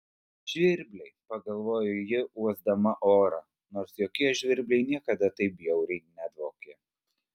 žvirbliai pagalvojo ji uosdama orą nors jokie žvirbliai niekada taip bjauriai nedvokė